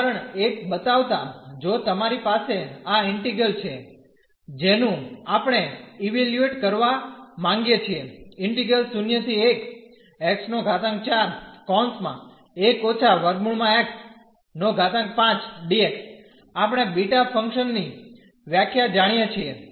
ઉદાહરણ એક બતાવતા જો તમારી પાસે આ ઈન્ટિગ્રલ છે જેનું આપણે ઇવેલ્યુએટ કરવા માંગીએ છીએઆપણે બીટા ફંક્શન ની વ્યાખ્યા જાણીએ છીએ